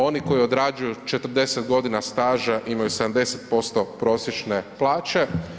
Oni koji odrađuju 40 godina staža imaju 70% prosječne plaće.